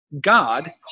God